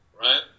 right